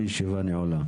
הישיבה ננעלה בשעה 11:22.